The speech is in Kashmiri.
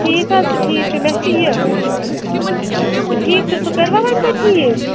ٹھیٖک حظ چھُ ٹھیٖک چھُ مےٚ چھُ یہِ ٹھیٖک چھُ سُہ کٔروا وۄنۍ تُہۍ ٹھیٖک